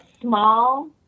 small